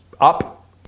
up